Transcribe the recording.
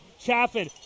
Chaffin